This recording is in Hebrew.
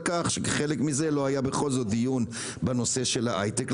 כך שכחלק מזה לא היה דיון בנשוא ההייטק,